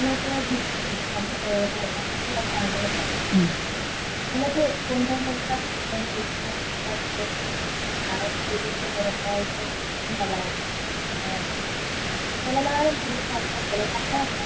മ്